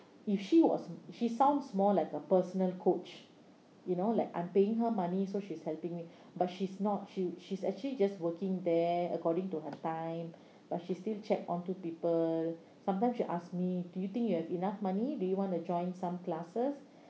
if she was she sounds more like a personal coach you know like I'm paying her money so she's helping me but she's not she she's actually just working there according to her time but she still checked onto people sometime she ask me do you think you have enough money do you want to join some classes